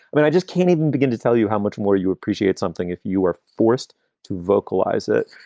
i mean, i just can't even begin to tell you how much more you appreciate something if you are forced to vocalize it.